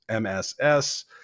MSS